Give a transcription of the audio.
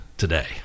today